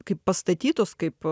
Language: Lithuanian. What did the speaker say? kaip pastatytos kaip